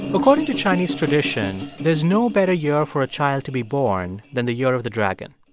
according to chinese tradition, there's no better year for a child to be born than the year of the dragon.